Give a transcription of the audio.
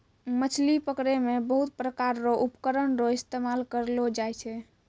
मछली पकड़ै मे बहुत प्रकार रो उपकरण रो इस्तेमाल करलो जाय छै